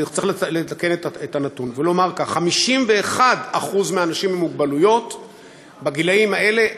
אני צריך לתקן את הנתון ולומר כך: 51% מהאנשים עם מוגבלות בגילים האלה,